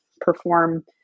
perform